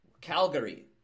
Calgary